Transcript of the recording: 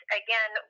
again